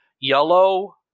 yellow